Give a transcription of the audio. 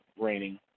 raining